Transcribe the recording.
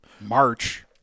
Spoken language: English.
March